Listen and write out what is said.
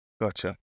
gotcha